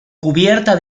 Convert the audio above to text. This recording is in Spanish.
cubierta